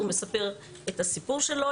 הוא מספר את הסיפור שלו.